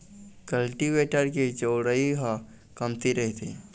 cultivator के चउड़ई ह कमती रहिथे